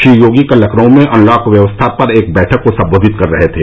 श्री योगी कल लखनऊ में अनलॉक व्यवस्था पर एक बैठक को संबोधित कर रहे थे